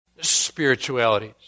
spiritualities